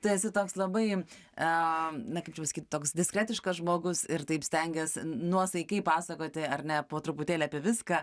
tu esi toks labai a na kaip čia pasakyt toks diskretiškas žmogus ir taip stengies nuosaikiai pasakoti ar ne po truputėlį apie viską